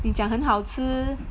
你讲很好吃